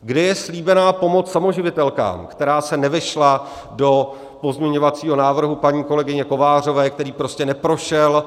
Kde je slíbená pomoc samoživitelkám, která se nevešla do pozměňovacího návrhu paní kolegyně Kovářové, který prostě neprošel?